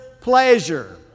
pleasure